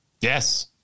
Yes